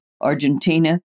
Argentina